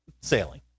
Sailing